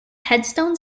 headstone